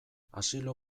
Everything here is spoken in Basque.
asilo